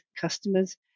customers